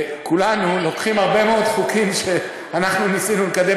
כולנו לוקחים הרבה מאוד חוקים שאנחנו ניסינו לקדם